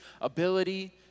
ability